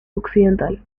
occidental